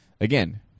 Again